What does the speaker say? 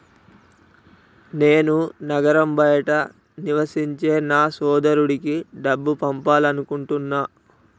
నేను నగరం బయట నివసించే నా సోదరుడికి డబ్బు పంపాలనుకుంటున్నా